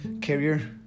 carrier